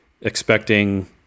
expecting